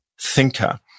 thinker